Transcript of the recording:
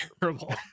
terrible